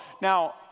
Now